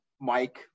Mike